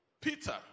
Peter